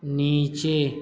نیچے